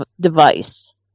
device